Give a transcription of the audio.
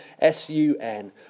S-U-N